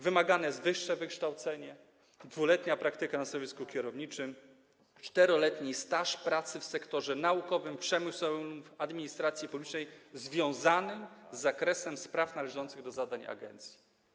Wymagane jest wyższe wykształcenie, 2-letnia praktyka na stanowisku kierowniczym i 4-letni staż pracy w sektorze naukowym, przemysłowym lub w administracji publicznej, który jest związany z zakresem spraw należących do zadań agencji.